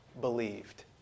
believed